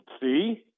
see